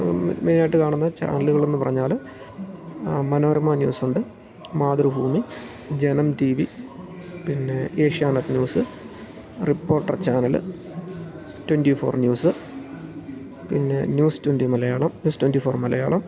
മെയിനായിട്ട് കാണുന്ന ചാനലുകളെന്ന് പറഞ്ഞാൽ മനോരമ ന്യൂസ് ഉണ്ട് മാതൃഭൂമി ജനം ടിവി പിന്നെ Asianet news reporter channel twenty four news പിന്നെ news twenty Malayalam news twenty four Malayalam